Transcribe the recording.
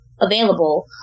available